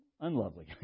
unlovely